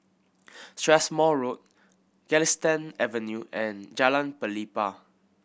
Strathmore Road Galistan Avenue and Jalan Pelepah